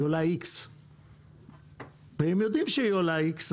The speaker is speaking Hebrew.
הם יודעים שהיא עולה איקס,